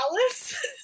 Alice